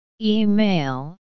email